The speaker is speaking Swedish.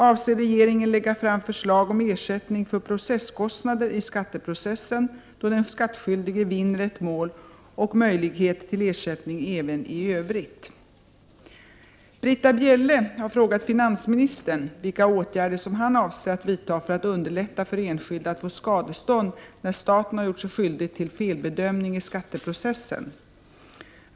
Avser regeringen att lägga fram förslag om ersättning för processkostnader i skatteprocessen, då den skattskyldige vinner ett mål, och möjlighet till ersättning även i övrigt? Britta Bjelle har frågat finansministern vilka åtgärder han avser att vidta för att underlätta för enskilda att få skadestånd när staten har gjort sig skyldig till felbedömning i skatteprocessen.